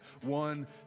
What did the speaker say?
One